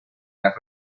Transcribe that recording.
las